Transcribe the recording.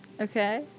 Okay